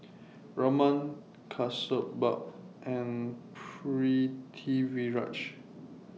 Raman Kasturba and Pritiviraj